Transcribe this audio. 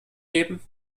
geben